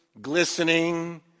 glistening